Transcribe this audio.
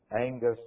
Angus